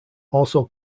also